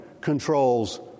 controls